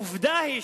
עובדה היא